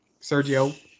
Sergio